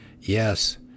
Yes